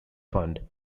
fund